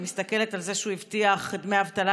אני מסתכלת על זה שהוא הבטיח דמי אבטלה